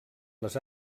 les